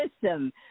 system